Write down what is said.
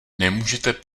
nemůžete